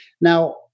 Now